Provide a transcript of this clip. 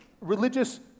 religious